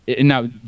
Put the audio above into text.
now